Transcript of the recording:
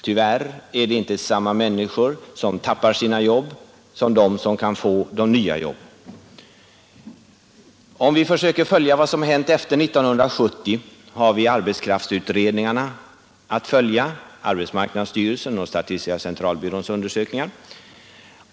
Tyvärr är det inte samma människor som tappar sina jobb och de som kan få de nya jobben. Om vi försöker ta reda på vad som hänt efter 1970 har vi arbetskraftsutredningarna att följa, arbetsmarknadsstyrelsens och statistiska centralbyråns undersökningar.